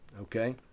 okay